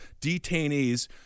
detainees